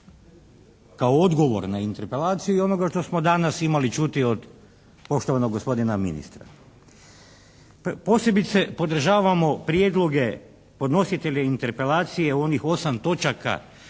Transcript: kao odgovor na interpelaciju i onoga što smo danas imali čuti od poštovanog gospodina ministra. Posebice podržavamo prijedloge podnositelja interpelacije u onih 8 točaka,